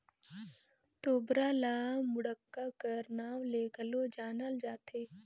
तोबरा ल मुड़क्का कर नाव ले घलो जानल जाथे